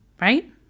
Right